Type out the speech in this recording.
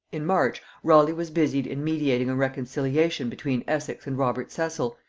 in march, raleigh was busied in mediating a reconciliation between essex and robert cecil,